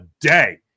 day